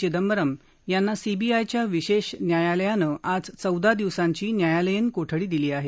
चिंदबरम यांना सीबीआयच्या विशेष न्यायालयानं आज चौदा दिवसांची न्यायालयीन कोठडी दिली आहे